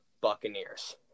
Buccaneers